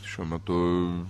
šiuo metu